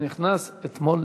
שנכנס אתמול